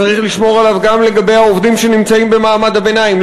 צריך לשמור עליו גם לגבי העובדים שנמצאים במעמד הביניים,